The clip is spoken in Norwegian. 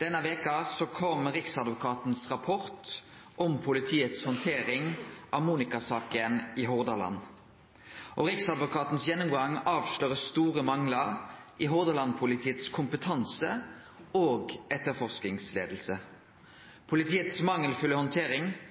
Denne veka kom riksadvokatens rapport om politiets handtering av Monika-saka i Hordaland. Riksadvokatens gjennomgang avslører store manglar i Hordaland-politiets kompetanse og etterforskingsleiing. Politiets mangelfulle